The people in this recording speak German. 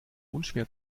unschwer